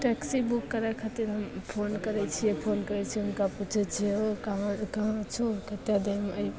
taxi book करै खातिर हम फोन करै छिए फोन करै छिए हुनका पुछै छिए हौ कहाँ कहाँ छहो कतेक देरमे अइ